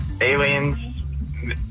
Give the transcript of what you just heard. aliens